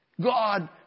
God